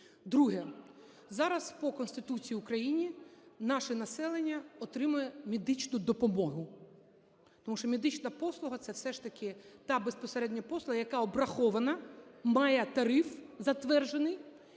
Друге. Зараз по Конституції України наше населення отримує медичну допомогу. Тому що медична послуга – це все ж таки та безпосередньо послуга, яка обрахована, має тариф затверджений